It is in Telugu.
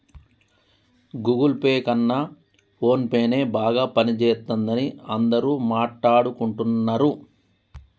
గుగుల్ పే కన్నా ఫోన్పేనే బాగా పనిజేత్తందని అందరూ మాట్టాడుకుంటన్నరు